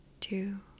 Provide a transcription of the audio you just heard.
two